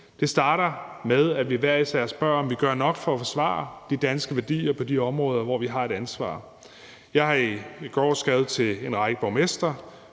Det starter med, at vi hver især spørger, om vi gør nok for at forsvare de danske værdier på de områder, hvor vi har et ansvar. Jeg har i går skrevet til en række borgmestre,